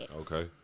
Okay